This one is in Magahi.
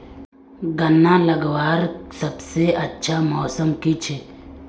गन्ना लगवार सबसे अच्छा मौसम की छे?